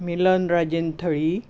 मिलन Rajendra थळी